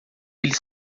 ele